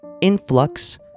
influx